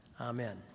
Amen